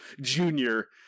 Junior